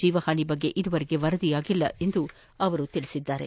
ಜೀವ ಹಾನಿಯ ಬಗ್ಗೆ ಇದುವರೆಗೆ ವರದಿಯಾಗಿಲ್ಲ ಎಂದು ಅವರು ತಿಳಿಸಿದ್ದಾರೆ